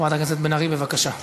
חברת הכנסת בן ארי, בבקשה.